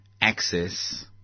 access